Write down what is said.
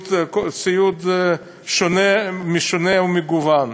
ציוד שונה, משונה ומגוון: